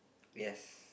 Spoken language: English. yes